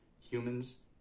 Humans